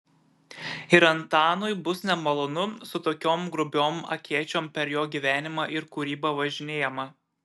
ir antanui bus nemalonu su tokiom grubiom akėčiom per jo gyvenimą ir kūrybą važinėjama